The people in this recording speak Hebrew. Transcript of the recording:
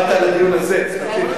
באת לדיון הזה ספציפית.